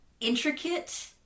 intricate